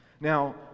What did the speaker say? now